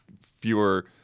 fewer